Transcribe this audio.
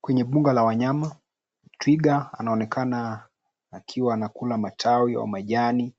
Kwenye mbuga la wanyama, twiga anaonekana akiwa anakula matawi au majani,